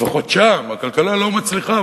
לפחות שם הכלכלה לא מצליחה,